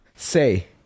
say